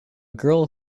girl